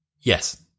Yes